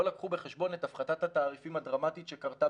לא לקחו בחשבון את הפחתת התעריפים הדרמטית שקרתה